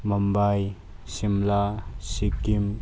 Mumbai Shimla Sikkim